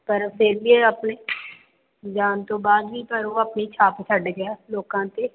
ਪਰ ਫਿਰ ਵੀ ਉਹ ਆਪਣੇ ਜਾਣ ਤੋਂ ਬਾਅਦ ਵੀ ਪਰ ਉਹ ਆਪਣੀ ਛਾਪ ਛੱਡ ਗਿਆ ਲੋਕਾਂ 'ਤੇ